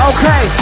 Okay